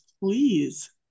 please